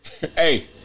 Hey